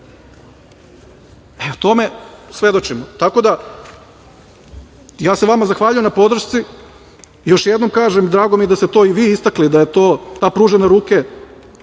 Evo tome svedočimo. Tako da, ja se vama zahvaljujem na podršci, još jednom kažem, drago mi je da ste to i vi istakli, da je ta pružena ruka